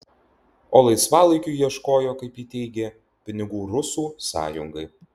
o laisvalaikiu ieškojo kaip ji teigė pinigų rusų sąjungai